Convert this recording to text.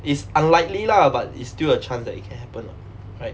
it's unlikely lah but it's still a chance that it can happen [what] right